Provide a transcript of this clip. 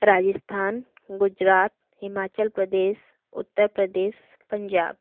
Rajasthan Gujarat Himachal Pradesh Uttar Pradesh Punjab